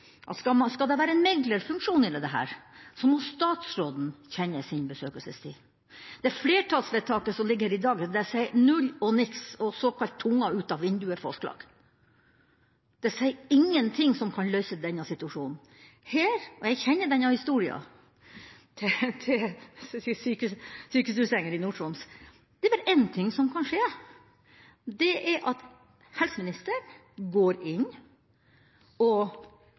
at skal det være en meglerfunksjon inn i dette, må statsråden kjenne sin besøkelsestid. Det flertallsvedtaket som ligger her i dag, sier null og niks og er et såkalt tunga-ut-av-vinduet-forslag. Det sier ingenting som kan løse denne situasjonen. Jeg kjenner denne historien til sykestuesengene i Nord-Troms. Det er bare én ting som kan skje, og det er at helseministeren går inn og